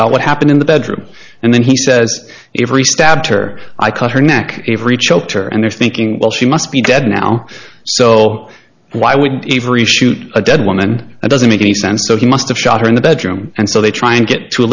about what happened in the bedroom and then he says every stab her i cut her neck every choked her and they're thinking well she must be dead now so why wouldn't even reshoot a dead woman and doesn't make any sense so he must have shot her in the bedroom and so they try and get t